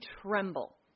tremble